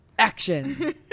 action